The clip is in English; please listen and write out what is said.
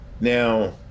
Now